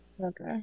Okay